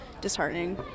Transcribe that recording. disheartening